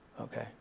okay